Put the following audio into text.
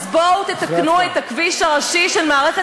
אז בואו תתקנו את הכביש הראשי של מערכת